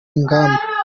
ingamba